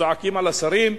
וצועקים על השרים,